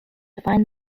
defined